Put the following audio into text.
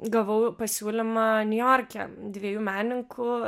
gavau pasiūlymą niujorke dviejų menininkų